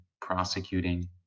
prosecuting